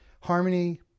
Harmony